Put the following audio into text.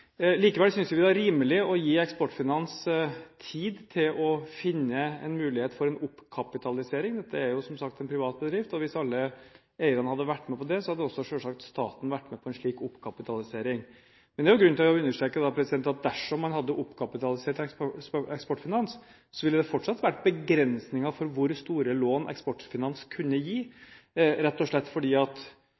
Likevel synes vi det var rimelig å gi Eksportfinans ASA tid til å finne en mulighet for en oppkapitalisering. Dette er som sagt en privat bedrift, og hvis alle eierne hadde vært med på det, hadde selvsagt også staten vært med på en slik oppkapitalisering. Men det er grunn til å understreke at dersom man hadde oppkapitalisert Eksportfinans, ville det fortsatt vært begrensninger for hvor store lån Eksportfinans kunne gi, rett og slett fordi man ikke kunne se for seg en uendelig oppkapitalisering av selskapet. Det ville også vært sånn at